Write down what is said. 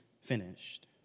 finished